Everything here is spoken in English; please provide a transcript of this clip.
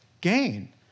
gain